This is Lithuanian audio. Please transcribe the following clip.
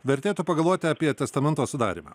vertėtų pagalvoti apie testamento sudarymą